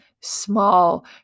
small